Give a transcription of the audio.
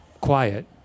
quiet